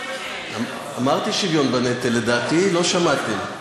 אמרתי שוויון בנטל, לדעתי לא שמעתם.